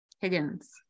Higgins